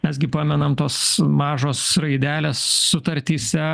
mes gi pamenam tos mažos raidelės sutartyse